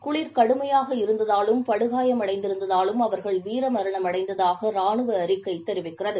குளிர் கடுமையாக இருந்ததாலும் படுகாயமடைந்திருந்நதாலும் அவர்கள் வீர மரணமடைந்ததாக ரானுவ அறிக்கை தெரிவிக்கிறது